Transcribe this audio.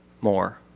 more